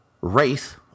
Wraith